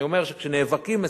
אני אומר: שכשנאבקים,